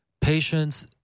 patience